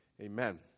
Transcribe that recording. Amen